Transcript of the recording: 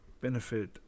benefit